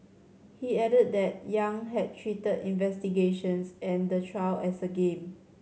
he added that Yang had treated investigations and the trial as a game